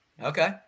Okay